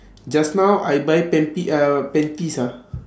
just now I buy panty uh panties ah